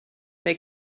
they